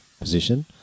position